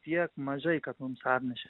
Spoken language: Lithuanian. tiek mažai kad mums atnešė